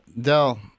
Dell